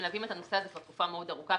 מלווים את הנושא הזה כבר תקופה מאוד ארוכה,